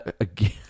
again